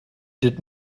did